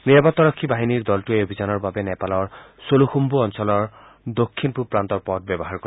নিৰাপত্তাৰক্ষী বাহিনীৰ দলটোৱে এই অভিযানৰ বাবে নেপালৰ ছোলুখুভু অঞ্চলৰ অঞ্চলৰ দক্ষিণ পূৱ প্ৰান্তৰ পথ ব্যৱহাৰ কৰে